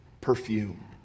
perfume